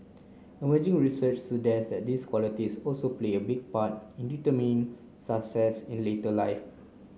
emerging research suggest that these qualities also play a big part in determining success in later life